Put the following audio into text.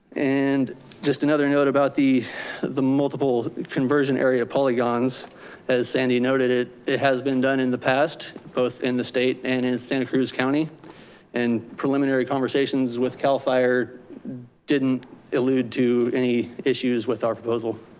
and just another note about the the multiple conversion area polygons as sandy noted it it has been done in the past, both in the state and in santa cruz county and preliminary conversations with cal fire didn't allude to any issues with our proposal.